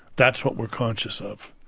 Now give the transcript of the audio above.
that's what we're conscious of.